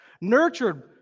nurtured